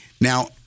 Now